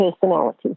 personality